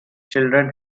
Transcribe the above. children